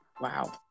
Wow